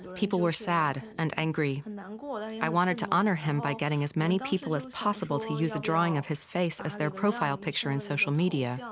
people were sad and angry. um i wanted to honor him by getting as many people as possible to use a drawing of his face as their profile picture in social media,